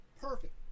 perfect